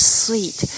sweet